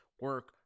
Work